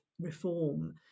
reform